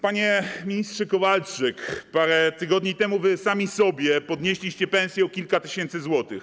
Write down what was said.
Panie ministrze Kowalczyk, parę tygodni temu wy sami sobie podnieśliście pensje o kilka tysięcy złotych.